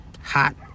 Hot